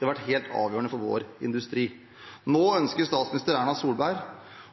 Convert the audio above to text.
har vært helt avgjørende for vår industri. Nå ønsker statsminister Erna Solberg